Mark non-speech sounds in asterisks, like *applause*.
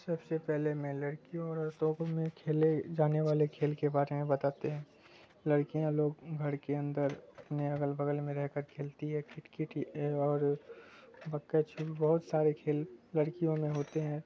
سب سے پہلے میں لڑکیوں اور *unintelligible* میں کھیلے جانے والے کھیل کے بارے میں بتاتے ہیں لڑکیاں لوگ گھر کے اندر اپنے اغل بغل میں رہ کر کھیلتی ہے کرکٹ اور بکچ بہت سارے کھیل لڑکیوں میں ہوتے ہیں